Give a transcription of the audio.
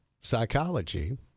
psychology